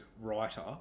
writer